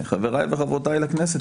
חבריי וחברותיי לכנסת,